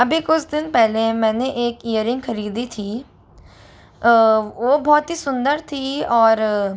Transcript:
अभी कुछ दिन पहले मैंने एक इयररिंग खरीदी थी वो बहुत ही सुंदर थी और